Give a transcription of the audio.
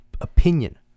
opinion